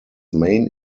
main